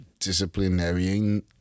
Disciplinary